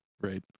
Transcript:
right